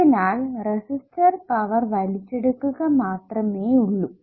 അതിനാൽ resistor power വലിച്ചെടുക്കുക മാത്രമേ ഉള്ളു